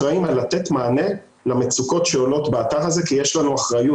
מה שאתם רואים מנהל האתר רואה